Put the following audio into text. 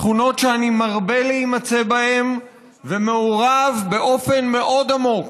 שכונות שאני מרבה להימצא בהן ומעורב באופן מאוד עמוק